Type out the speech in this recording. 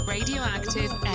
Radioactive